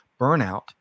burnout